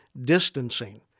distancing